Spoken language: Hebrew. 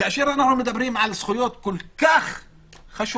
כאשר אנחנו מדברים על זכויות כל כך חשובות,